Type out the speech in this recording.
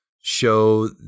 show